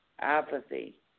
apathy